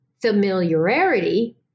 familiarity